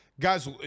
Guys